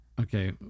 Okay